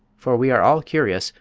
for we are all curious,